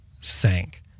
sank